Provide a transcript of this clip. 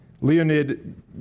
Leonid